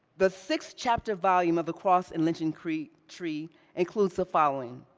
the six chapter volume of the cross and lynching tree tree includes the following,